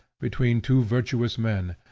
between two virtuous men,